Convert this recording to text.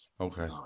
Okay